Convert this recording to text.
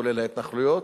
כולל ההתנחלויות,